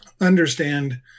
understand